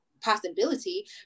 possibility